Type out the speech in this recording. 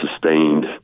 sustained